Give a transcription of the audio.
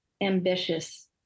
ambitious